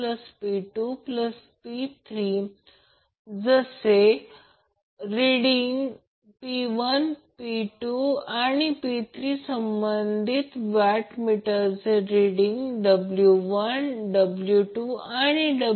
तर येथे दिले आहे जर P2 P1 असेल तर तो रजिस्टीव्ह लोड असेल म्हणजे 0 याचा अर्थ रजिस्टीव्ह लोड असेल